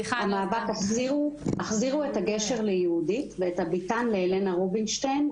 המאבק "החזירו את הגשר ליהודית ואת הביתן להלנה רובינשטיין",